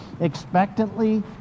expectantly